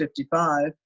55